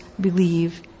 believe